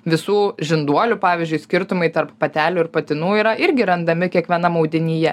visų žinduolių pavyzdžiui skirtumai tarp patelių ir patinų yra irgi randami kiekvienam audinyje